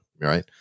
Right